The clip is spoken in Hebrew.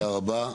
תודה רבה.